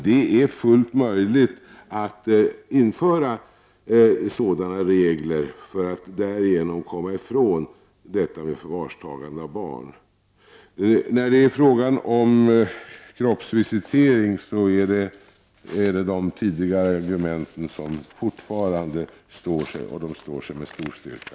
Det är fullt möjligt att införa sådana regler. När det är fråga om kroppsvisitering står sig de tidigare argumenten fortfarande med full styrka.